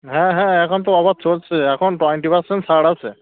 হ্যাঁ হ্যাঁ এখন তো অফার চলছে এখন টোয়ান্টি পারসেন্ট ছাড় আছে